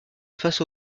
face